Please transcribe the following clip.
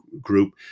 group